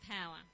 power